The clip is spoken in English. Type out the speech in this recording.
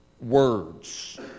words